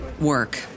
work